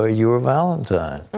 ah your valentine.